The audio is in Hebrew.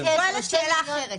אני שואלת שאלה אחרת